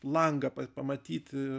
langą pamatyti